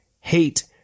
Hate